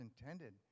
intended